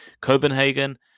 Copenhagen